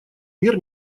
мер